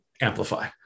amplify